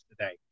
today